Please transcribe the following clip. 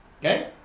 okay